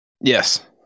Yes